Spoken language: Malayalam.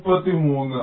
33